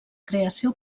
creació